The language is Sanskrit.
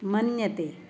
मन्यते